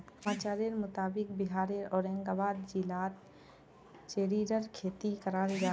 समाचारेर मुताबिक़ बिहारेर औरंगाबाद जिलात चेर्रीर खेती कराल जाहा